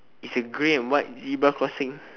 its a gray and white zebra crossing